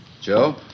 Joe